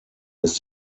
ist